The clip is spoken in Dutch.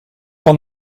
van